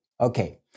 Okay